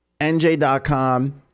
NJ.com